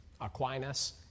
Aquinas